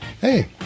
Hey